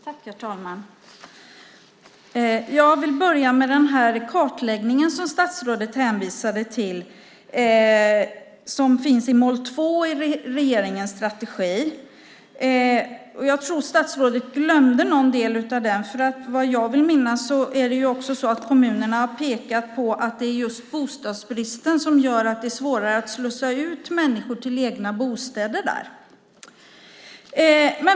Herr talman! Jag vill börja med den kartläggning som statsrådet hänvisade till och som finns i mål 2 i regeringens strategi. Jag tror att statsrådet glömde någon del av den, för vad jag vill minnas är det också så att kommunerna har pekat på att det är just bostadsbristen som gör att det är svårare att slussa ut människor till egna bostäder där.